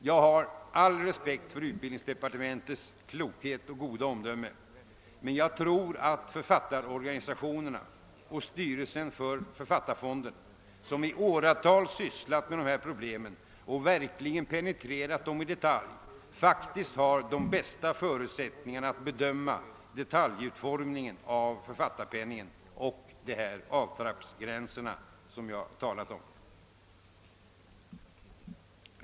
Jag har all respekt för utbildningsdepartementets klokhet och goda omdöme, men jag tror att författarorganisationerna och styreisen för Författarfonden, som i åratal sysslat med dessa problem och verkligen penetrerat dem i detalj, faktiskt har de bästa förutsättningarna att bedöma detaljutformningen av författarpenningen och de avtrappningsgränser som jag talat om.